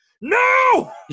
no